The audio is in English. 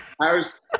Paris